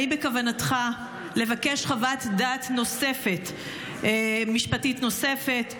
האם בכוונתך לבקש חוות דעת משפטית נוספת?